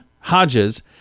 Hodges